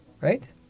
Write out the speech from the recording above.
right